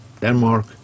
Denmark